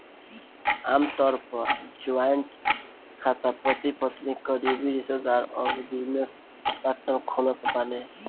आमतौर पअ जॉइंट खाता पति पत्नी, करीबी रिश्तेदार अउरी बिजनेस पार्टनर खोलत बाने